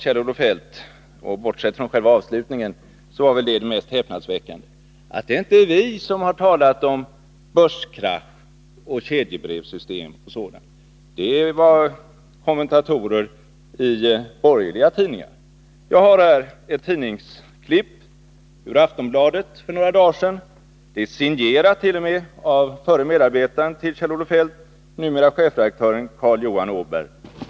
Kjell-Olof Feldt sade vidare — och bortsett från själva avslutningen var väl detta det mest häpnadsväckande i hans anförande: Det är inte vi som har talat om börskrasch, kedjebrevssystem och sådant, utan det är kommentatorer i borgerliga tidningar. Jag har här ett urklipp ur Aftonbladet för några dagar sedan. Det är en artikel som t.o.m. är signerad av Kjell-Olof Feldts förre medarbetare, numera chefredaktören Carl Johan Åberg.